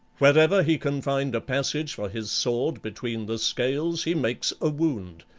wherever he can find a passage for his sword between the scales he makes a wound,